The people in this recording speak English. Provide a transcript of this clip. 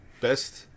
best